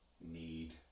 need